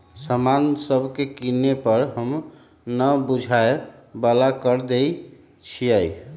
समान सभके किने पर हम न बूझाय बला कर देँई छियइ